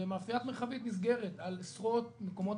ומאפיית מרחבית נסגרת על עשרות מקומות